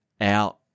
out